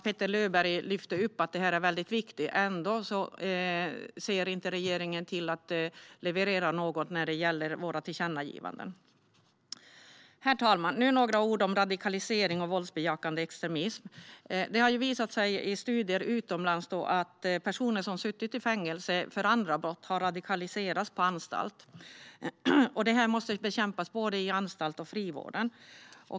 Petter Löberg lyfte nyss upp att detta är väldigt viktigt, men ändå ser inte regeringen till att leverera något när det gäller våra tillkännagivanden. Herr talman! Jag vill säga några ord om radikalisering och våldsbejakande extremism. Det har visat sig i studier utomlands att personer som suttit i fängelse för andra brott har radikaliserats på anstalt. Detta måste bekämpas, både på anstalterna och inom frivården.